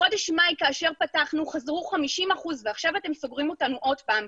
בחודש מאי כאשר פתחנו חזרו 50% ועכשיו אתם סוגרים אותנו עוד פעם.